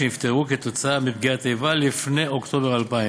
שנפטרו כתוצאה מפגיעת איבה לפני אוקטובר 2000,